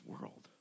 world